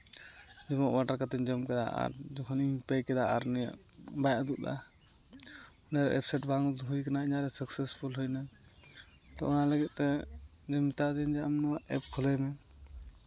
ᱡᱮᱢᱚᱱ ᱚᱰᱟᱨ ᱠᱟᱛᱮᱫ ᱤᱧ ᱡᱚᱢ ᱠᱮᱫᱟ ᱟᱨ ᱡᱚᱠᱷᱚᱱᱤᱧ ᱯᱮ ᱠᱮᱫᱟ ᱟᱨ ᱱᱩᱭᱟᱜ ᱵᱟᱭ ᱩᱫᱩᱜ ᱮᱫᱟ ᱚᱱᱮ ᱚᱭᱮᱵᱽᱼᱥᱟᱭᱤᱴ ᱵᱟᱝ ᱦᱩᱭ ᱠᱟᱱᱟ ᱤᱧᱟᱹᱜ ᱨᱮ ᱥᱟᱠᱥᱮᱥᱯᱷᱩᱞ ᱦᱩᱭᱮᱱᱟ ᱛᱚ ᱚᱱᱟ ᱞᱟᱹᱜᱤᱫ ᱛᱮ ᱩᱱᱤ ᱢᱮᱛᱟᱣ ᱫᱤᱧᱟᱹ ᱟᱢ ᱱᱚᱣᱟ ᱮᱯ ᱠᱩᱞᱟᱹᱭ ᱢᱮ